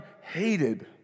hated